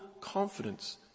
confidence